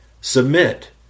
submit